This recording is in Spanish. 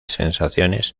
sensaciones